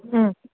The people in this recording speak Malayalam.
ഉം